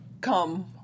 come